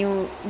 mm